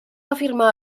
afirmar